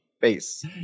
face